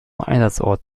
einsatzort